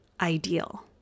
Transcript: ideal